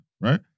right